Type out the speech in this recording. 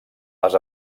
les